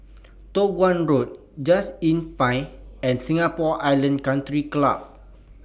Toh Guan Road Just Inn Pine and Singapore Island Country Club